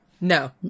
No